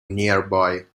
nearby